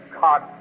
God